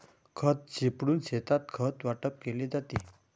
खत शिंपडून शेतात खत वाटप केले जाते